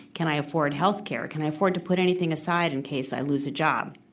can i afford healthcare? can i afford to put anything aside in case i lose a job?